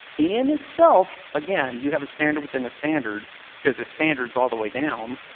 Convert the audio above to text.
in itself again, you have a standard within a standard because the standards all the way down